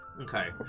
Okay